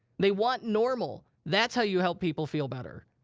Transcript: they want normal. that's how you help people feel better.